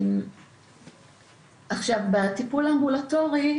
בטיפול האמבולטורי,